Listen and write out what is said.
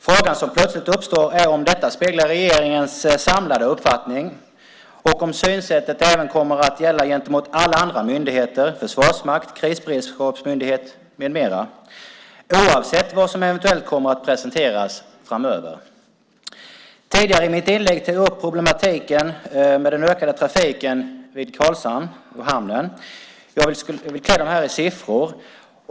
Frågan som plötsligt uppstår är om detta speglar regeringens samlade uppfattning och om synsättet även kommer att gälla gentemot alla andra myndigheter, som Försvarsmakten, Krisberedskapsmyndigheten med flera, oavsett vad som eventuellt kommer att presenteras framöver. I mitt tidigare inlägg tog jag upp problematiken med den ökade trafiken vid hamnen i Karlshamn, och jag vill nu klä det i siffror.